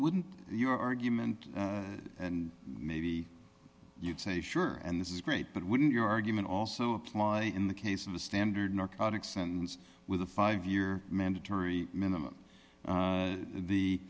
wouldn't be your argument and maybe you'd say sure and this is great but wouldn't your argument also apply in the case of a standard narcotics and with a five year mandatory minimum